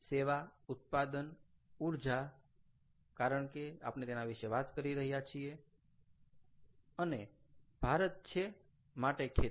સેવા ઉત્પાદન ઊર્જા કારણ કે આપણે તેના વિશે વાત કરી રહ્યા છીએ અને ભારત છે માટે ખેતી